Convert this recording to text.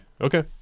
Okay